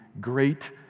great